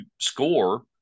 score